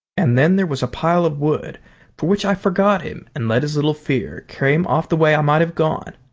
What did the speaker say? and then there was a pile of wood for which i forgot him and let his little fear carry him off the way i might have gone,